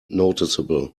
noticeable